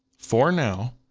for now,